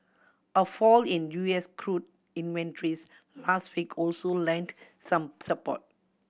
a fall in U S crude inventories last week also lent some support